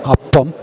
അപ്പം